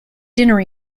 dinner